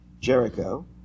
Jericho